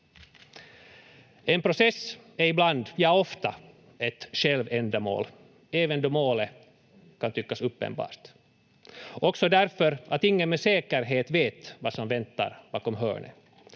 En process är ibland, ja ofta, ett självändamål, även då målet kan tyckas uppenbart, också därför att ingen med säkerhet vet vad som väntar bakom hörnet.